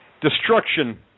destruction